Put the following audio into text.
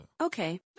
Okay